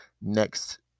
next